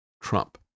Trump